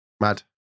Mad